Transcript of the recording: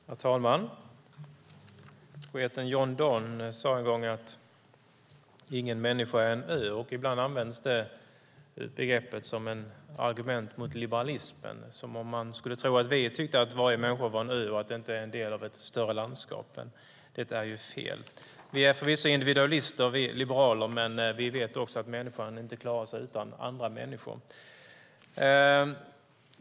Herr talman! Poeten John Donne sade en gång att ingen människa är en ö. Ibland används det som ett argument mot liberalismen, som om man skulle tro att vi tycker att varje människa är en ö och inte en del av ett större landskap, men det är ju fel. Vi liberaler är förvisso individualister, men vi vet också att människan inte klarar sig utan andra människor.